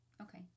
Okay